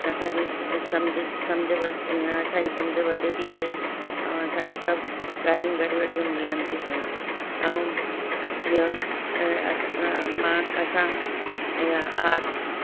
असांखे सम्झि सम्झि इहे असांजी सम्झि वधीक ई पए ऐं असांखे सभु ॻाल्हियूं घर वेठे मिलनि थी पियूं ऐं ॿियों मां असां आर